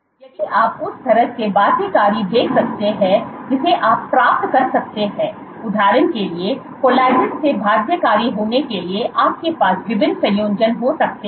इसलिए यदि आप उस तरह के बाध्यकारी देख सकते हैं जिसे आप प्राप्त कर सकते हैं उदाहरण के लिए कोलेजन से बाध्यकारी होने के लिए आपके पास विभिन्न संयोजन हो सकते हैं